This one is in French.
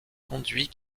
conduit